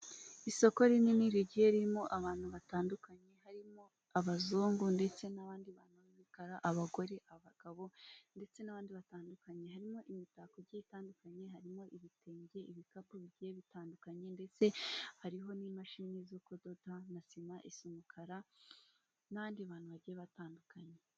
Isoko rinini rigiye ririmo abantu batandukanye, harimo abazungu ndetse n'abandi bantu b'ibikara, abagore, abagabo ndetse n'abandi batandukanye. Harimo imitako igiye itandukanye, harimo ibitenge, ibikapu bigiye bitandukanye ndetse hariho n'imashini zo kudoda na sima isa umukara n'abandi bantu bagiye batandukanye.